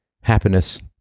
happiness